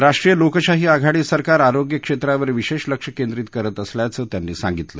राष्ट्रीय लोकशाही आघाडी सरकार आरोग्य क्षेत्रावर विशेष लक्ष केंद्रित करत असल्याचं त्यांनी सांगितलं